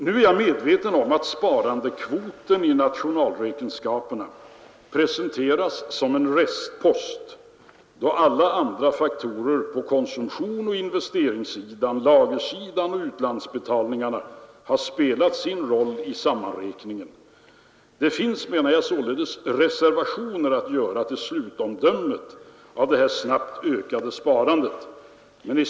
Nu är jag medveten om att sparandekvoten i nationalräkenskaperna presenteras som en restpost, då alla andra faktorer på konsumtionsoch investeringssidan, lagersidan och utlandsbetalningarna har spelat sin roll i sammanräkningen. Jag menar således att det finns reservationer att göra till stutomdömet om det snabbt ökade sparandet.